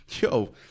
yo